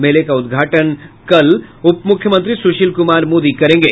मेले का उद्घाटन कल उप मुख्यमंत्री सुशील कुमार मोदी करेंगे